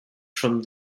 from